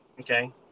okay